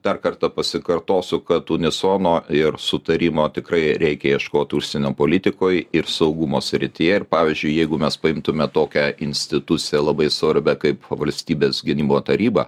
dar kartą pasikartosiu kad unisono ir sutarimo tikrai reikia ieškot užsienio politikoj ir saugumo srityje ir pavyzdžiui jeigu mes paimtume tokią instituciją labai svarbią kaip valstybės gynimo taryba